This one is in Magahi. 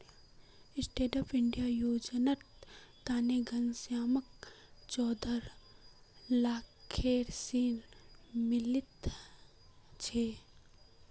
स्टैंडअप इंडिया योजनार तने घनश्यामक चौदह लाखेर ऋण मिलील छ